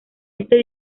este